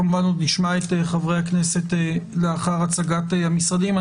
כמובן עוד נשמע את חברי הכנסת לאחר הצגת המשרדים.